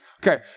Okay